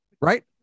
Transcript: Right